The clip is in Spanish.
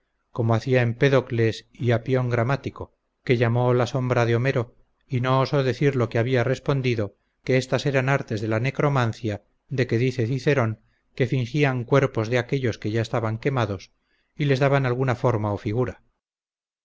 como hacía empedocles y apion gramático que llamó la sombra de homero y no osó decir lo que había respondido que estas eran artes de la necromancia de que dice cicerón que fingían cuerpos de aquellos que ya estaban quemados y les daban alguna forma o figura